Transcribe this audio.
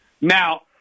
Now